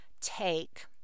take